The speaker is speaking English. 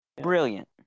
Brilliant